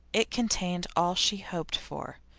it contained all she hoped for.